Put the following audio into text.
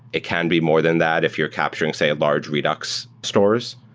it can be more than that if you're capturing, say, large redux stores.